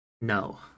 No